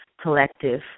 collective